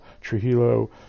Trujillo